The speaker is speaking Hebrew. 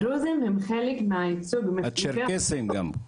והצ'רקסים גם?